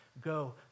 Go